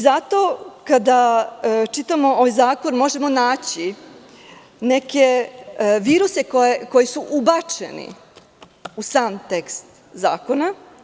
Zato, kada čitamo ovaj zakon, možemo naći neke viruse koji su ubačeni u sam tekst zakona.